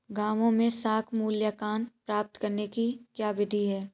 गाँवों में साख मूल्यांकन प्राप्त करने की क्या विधि है?